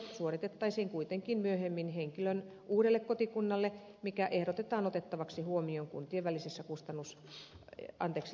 valtionosuudet suoritettaisiin kuitenkin myöhemmin henkilön uudelle kotikunnalle mikä ehdotetaan otettavaksi huomioon kuntien välisessä laskutusmenettelyssä